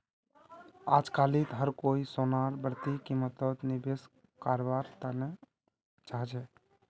अजकालित हर कोई सोनार बढ़ती कीमतत निवेश कारवार तने चाहछै